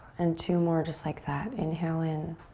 and two more just like that. inhale in.